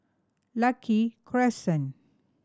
Lucky Crescent